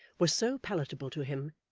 was so palatable to him,